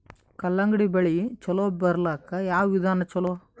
ಕಲ್ಲಂಗಡಿ ಬೆಳಿ ಚಲೋ ಬರಲಾಕ ಯಾವ ವಿಧಾನ ಚಲೋ?